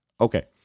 Okay